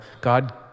God